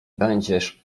będziesz